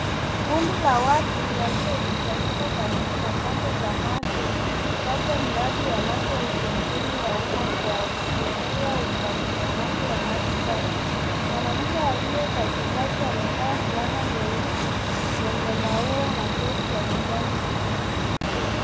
Kundi la watu waliokusanyika karibu na chanzo cha maji labda mradi wa maji au chemichemi ya umma kuashiria upatikanaji wa maji safi. Mwanamke aliye katikati amevaa fulana nyeusi yenye maua na vesti ya kijani kibichi.